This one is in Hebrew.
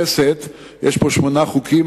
יש פה שמונה חוקים,